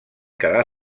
quedar